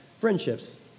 friendships